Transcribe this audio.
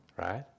Right